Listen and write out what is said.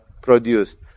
produced